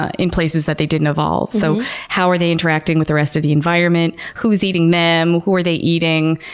ah in places that they didn't evolve. so how are they interacting with the rest of the environment? who's eating them? who are they eating?